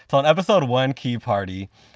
on episode one, key party,